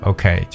Okay